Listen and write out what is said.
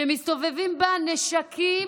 לחברה שמסתובבים בה נשקים,